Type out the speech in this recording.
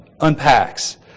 unpacks